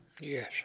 Yes